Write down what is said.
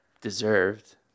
Deserved